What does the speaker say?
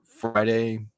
Friday